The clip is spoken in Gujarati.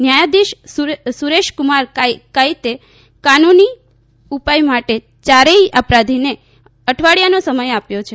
ન્યાયાધીશ સુરેશકુમાર કાઇતે કાનૂની ઉપાય માટે યારેથ અપરાધીને અઠવાડિયાનો સમય આપ્યો છે